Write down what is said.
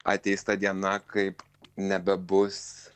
ateis ta diena kaip nebebus